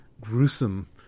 gruesome